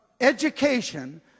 education